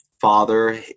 father